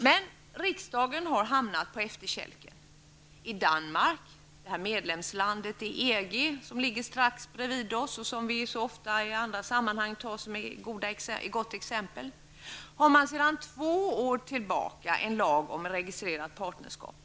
Men riksdagen har hamnat på efterkälken. I Danmark -- landet som är medlem i EG, som geografiskt ligger strax intill oss och som vi så ofta i andra sammanhang tar som gott exempel -- har man sedan två år tillbaka en lag om registrerat partnerskap.